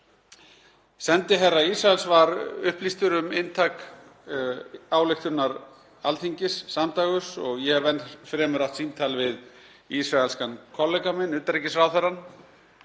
Sendiherra Ísraels var upplýstur um inntak ályktunar Alþingis samdægurs og ég hef enn fremur átt símtal við ísraelskan kollega minn, utanríkisráðherrann,